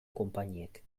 konpainiek